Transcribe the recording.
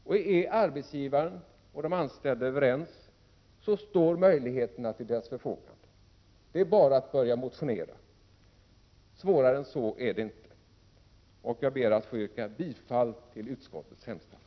Om arbetsgivaren och de anställda är överens står möjligheterna till deras förfogande. Det är bara att börja motionera. Svårare än så är det inte. Jag ber att få yrka bifall till utskottets hemställan.